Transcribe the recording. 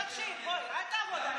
תקשיב, בוא, אל תעבוד עליי.